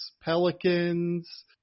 Pelicans